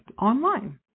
online